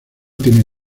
tienen